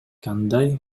кандай